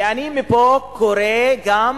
ואני מפה קורא גם